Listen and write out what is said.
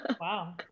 Wow